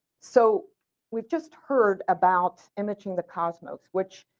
so we have just heard about imaging the cosmos, which